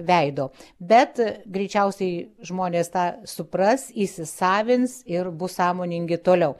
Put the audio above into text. veido bet greičiausiai žmonės tą supras įsisavins ir bus sąmoningi toliau